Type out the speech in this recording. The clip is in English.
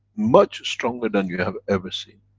much stronger than you have ever seen.